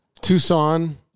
Tucson